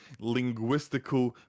linguistical